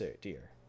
dear